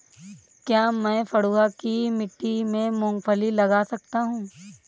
क्या मैं पडुआ की मिट्टी में मूँगफली लगा सकता हूँ?